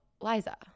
Liza